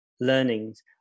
learnings